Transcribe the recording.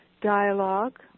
dialogue